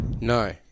No